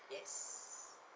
yes